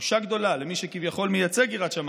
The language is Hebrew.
בושה גדולה למי שכביכול מייצג יראת שמיים.